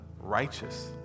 righteous